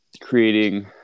creating